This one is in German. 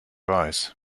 weiß